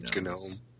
Gnome